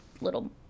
little –